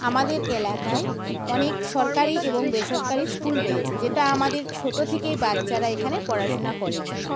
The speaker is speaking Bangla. আমাদের এলাকায় অনেক সরকারি এবং বেসরকারি স্কুল রয়েছে যেটা আমাদের ছোটো থেকেই বাচ্চারা এখানে পড়াশুনা করে থাকে